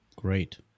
Great